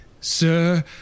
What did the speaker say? Sir